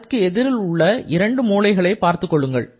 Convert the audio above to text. அதற்கு எதிரில் உள்ள இரண்டு மூலைகளை பார்த்துக்கொள்ளுங்கள்